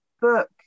Book